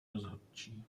rozhodčí